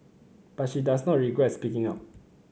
but she does not regret speaking up